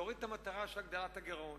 להוריד את המטרה של הקטנת הגירעון,